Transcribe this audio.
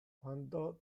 quando